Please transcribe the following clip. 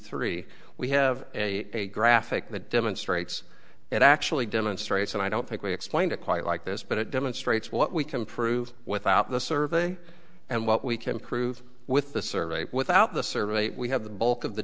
three we have a graphic that demonstrates it actually demonstrates and i don't think we explained it quite like this but it demonstrates what we can prove without the survey and what we can prove with the survey without the survey we have the bulk of the